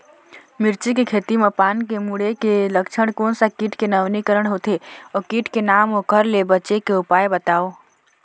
मिर्ची के खेती मा पान के मुड़े के लक्षण कोन सा कीट के नवीनीकरण होथे ओ कीट के नाम ओकर ले बचे के उपाय बताओ?